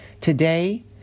Today